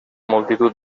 multitud